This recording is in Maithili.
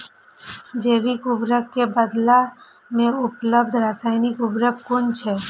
जैविक उर्वरक के बदला में उपलब्ध रासायानिक उर्वरक कुन छै?